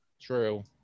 True